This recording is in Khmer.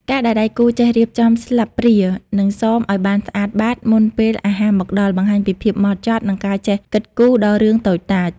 ការដែលដៃគូចេះរៀបចំស្លាបព្រា និងសមឱ្យបានស្អាតបាតមុនពេលអាហារមកដល់ បង្ហាញពីភាពហ្មត់ចត់ និងការចេះគិតគូរដល់រឿងតូចតាច។